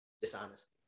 dishonesty